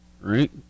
right